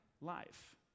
life